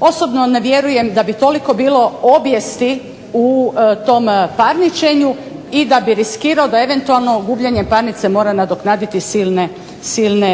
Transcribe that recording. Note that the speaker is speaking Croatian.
osobno ne vjerujem da bi toliko bilo objesti u tom parničenju i da bi riskirao da eventualno gubljenjem parnice mora nadoknaditi silne